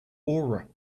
aura